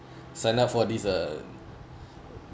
sign up for this uh